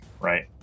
Right